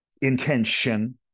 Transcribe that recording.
intention